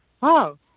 wow